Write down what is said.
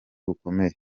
bukomeye